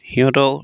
সিহঁতৰ